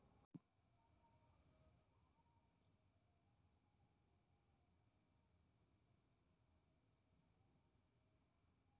कर बचाव कानूनी नियम के पालन कैर के कैल जाइ छै